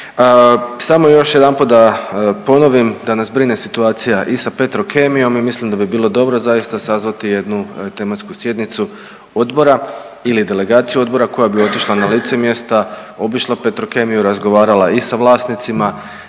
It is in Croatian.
Samo još jedanput da ponovim da nas brine situacija i sa Petrokemijom i mislim da bi bilo dobro zaista sazvati jednu tematsku sjednicu odbora ili delegaciju odbora koja bi otišla na lice mjesta, obišla Petrokemiju, razgovarala i sa vlasnicima